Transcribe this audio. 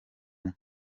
umwe